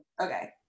okay